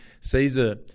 Caesar